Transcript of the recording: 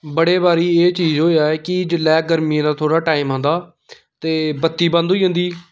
बड़े बारी एह् चीज होएया ऐ कि जेल्ले गर्मियें दा थोह्ड़ा टाइम आंदा ते बत्ती बंद होई जंदी